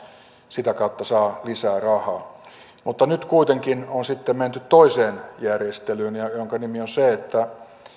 sitä kautta saa lisää rahaa mutta nyt kuitenkin on sitten menty toiseen järjestelyyn jonka nimi on se että